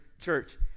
church